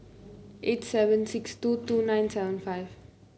eight seven six two two nine seven five